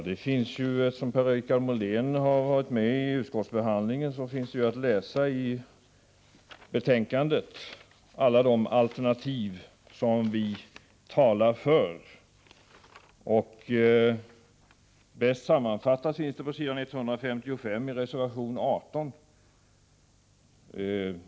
Herr talman! Eftersom Per-Richard Molén har varit med vid utskottsbehandlingen vet han att alla de alternativ som vi talar för är redovisade i betänkandet. Bäst sammanfattade finns de på s. 155, i reservation 18.